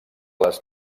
les